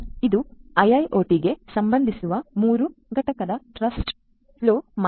ಆದ್ದರಿಂದ ಇದು ಐಐಒಟಿಗೆ ಸಂಬಂಧಿಸಿದ 3 ಘಟಕ ಟ್ರಸ್ಟ್ ಫ್ಲೋ ಮಾದರಿ